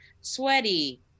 sweaty